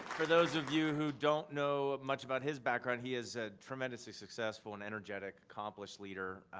for those of you who don't know much about his background, he is ah tremendously successful and energetic, accomplished leader,